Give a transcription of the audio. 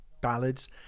ballads